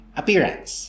appearance